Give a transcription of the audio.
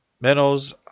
minnows